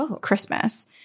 Christmas